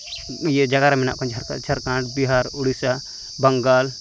ᱩᱱᱟᱹᱜ ᱡᱟᱜᱟᱨᱮᱱ ᱢᱮᱱᱟᱜ ᱠᱚᱣᱟ ᱡᱷᱟᱲᱠᱷᱟᱱ ᱵᱤᱦᱟᱨ ᱩᱲᱤᱥᱟ ᱵᱟᱝᱜᱟᱞ